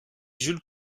jules